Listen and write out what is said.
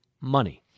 money